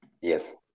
yes